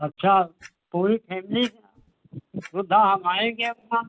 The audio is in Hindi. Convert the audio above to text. अच्छा पूरी फ़ैमिली सुविधा हम आएंगे अपना